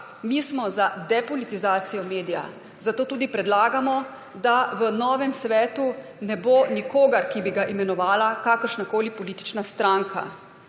mi smo za depolitizacijo medija, zato tudi predlagamo, da v novem svetu ne bo nikogar, ki bi ga imenovala kakršnakoli politična stranka.